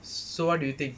so what do you think